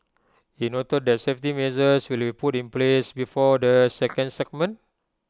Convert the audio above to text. he noted that safety measures will be put in place before the second segment